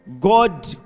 God